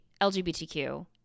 LGBTQ